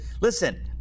Listen